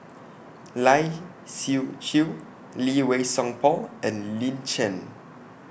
Lai Siu Chiu Lee Wei Song Paul and Lin Chen